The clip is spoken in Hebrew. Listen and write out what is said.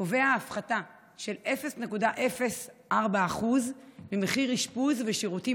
קובע הפחתה של 0.04% במחיר אשפוז ושירותים